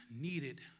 needed